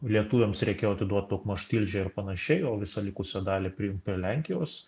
lietuviams reikėjo atiduot daugmaž tilžę ir panašiai o visą likusią dalį prijungt per lenkijos